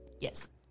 Yes